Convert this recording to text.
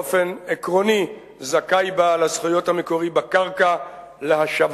באופן עקרוני זכאי בעל הזכויות המקורי בקרקע להשבתה.